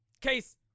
Case